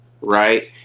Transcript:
right